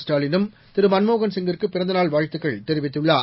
ஸ்டாலினும் திரு மன்மோகன் சிங்கிற்கு பிறந்தநாள் வாழத்து தெரிவித்துள்ளார்